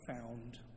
found